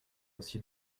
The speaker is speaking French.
aussi